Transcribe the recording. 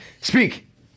Speak